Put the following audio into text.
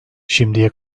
şimdiye